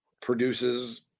produces